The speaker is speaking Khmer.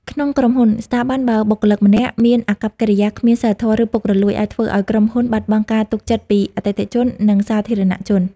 ក្នុងក្រុមហ៊ុន ស្ថាប័ន បើបុគ្គលិកម្នាក់មានអាកប្បកិរិយាគ្មានសីលធម៌ ឬពុករលួយ អាចធ្វើឲ្យក្រុមហ៊ុនបាត់បង់ការទុកចិត្តពីអតិថិជន និងសាធារណជន។